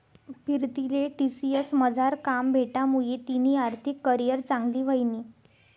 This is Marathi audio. पीरतीले टी.सी.एस मझार काम भेटामुये तिनी आर्थिक करीयर चांगली व्हयनी